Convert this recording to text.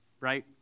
right